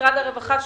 משרד הרווחה,